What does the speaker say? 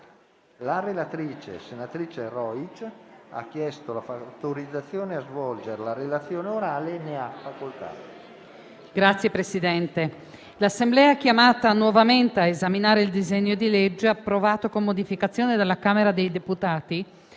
La relatrice, senatrice Rojc, ha chiesto l'autorizzazione a svolgere la relazione orale. Non facendosi